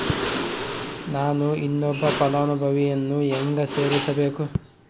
ನಾನು ಇನ್ನೊಬ್ಬ ಫಲಾನುಭವಿಯನ್ನು ಹೆಂಗ ಸೇರಿಸಬೇಕು?